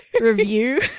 review